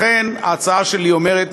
לכן ההצעה שלי אומרת,